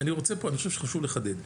אני חושב שחשוב לחדד פה.